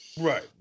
Right